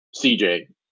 CJ